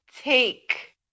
take